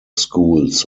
schools